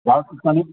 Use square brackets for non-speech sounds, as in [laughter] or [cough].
[unintelligible]